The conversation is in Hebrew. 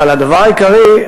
אבל הדבר העיקרי,